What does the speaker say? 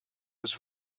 was